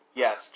yes